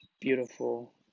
beautiful